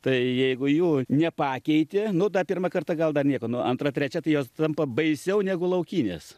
tai jeigu jų nepakeiti nu da pirmą kartą gal dar nieko nu antra trečia tai jos tampa baisiau negu laukinės